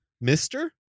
Mister